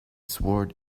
sword